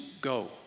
go